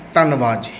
ਧੰਨਵਾਦ ਜੀ